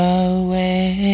away